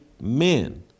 men